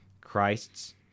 Christ's